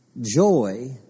Joy